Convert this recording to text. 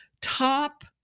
top